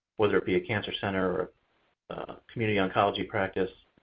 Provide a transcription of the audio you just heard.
whether it be a cancer center or community oncology practice.